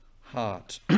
heart